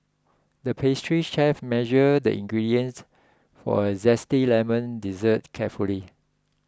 the pastry chef measured the ingredients for a Zesty Lemon Dessert carefully